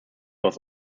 was